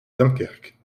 dunkerque